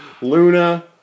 Luna